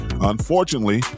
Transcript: unfortunately